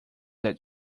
that